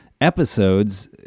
episodes